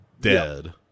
dead